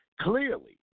clearly